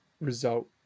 result